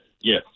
Yes